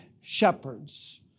shepherds